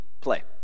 Play